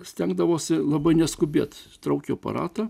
stengdavausi labai neskubėt traukiu aparatą